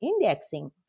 indexing